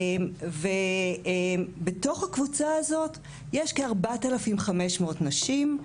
בתוך הקבוצה הזאת יש כ-4,500 נשים.